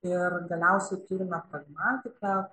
ir galiausiai turime pragmatiką